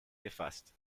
gefasst